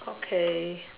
okay